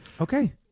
Okay